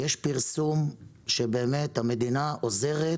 יש פרסום שהמדינה עוזרת